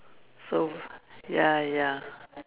so ya ya